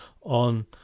on